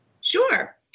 Sure